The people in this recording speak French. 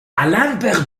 alan